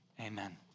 Amen